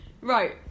Right